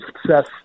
success